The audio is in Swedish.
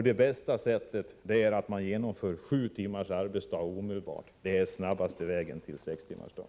Det bästa sättet är att genomföra sju timmars arbetsdag omedelbart. Det är den snabbaste vägen till sextimmarsdag.